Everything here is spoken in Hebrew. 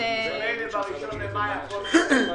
ממילא ב-1 במאי הכול מתהפך.